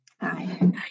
Hi